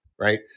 Right